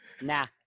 Nah